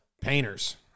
painters